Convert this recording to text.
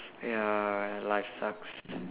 ya life sucks